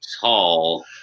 tall